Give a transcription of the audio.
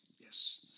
yes